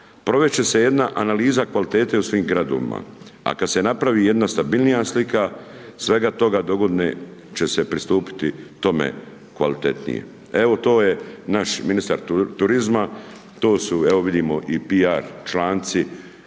provest će se jedna analiza kvalitete u svim gradovima, a kad se napravi jedna stabilnija slika, svega toga dogodine će se pristupiti tome kvalitetnije. Evo to je naš ministar turizma, to su, evo vidimo i PR članci,